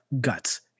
guts